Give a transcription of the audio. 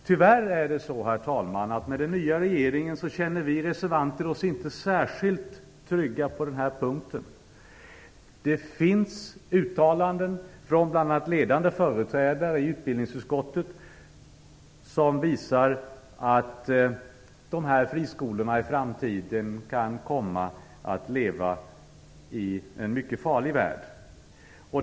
Tyvärr är det så, herr talman, att vi reservanter inte känner oss särskilt trygga på denna punkt med den nya regeringen. Det finns uttalanden från bl.a. ledande företrädare i utbildningsutskottet som visar att dessa friskolor i framtiden kan komma att leva i en mycket farlig värld.